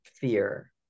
fear